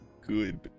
good